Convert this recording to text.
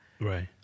Right